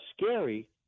scary